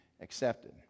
accepted